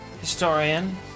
historian